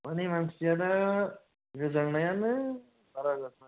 मानि मानसियादा गोजांनायानो बारा जाथारदों